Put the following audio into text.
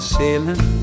sailing